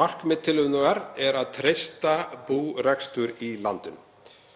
Markmið tillögunnar er að treysta búrekstur í landinu